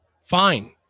fine